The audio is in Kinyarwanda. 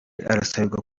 asabirwa